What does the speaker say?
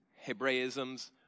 Hebraism's